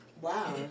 Wow